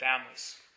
families